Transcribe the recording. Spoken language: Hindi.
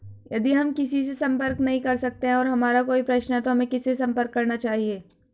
यदि हम किसी से संपर्क नहीं कर सकते हैं और हमारा कोई प्रश्न है तो हमें किससे संपर्क करना चाहिए?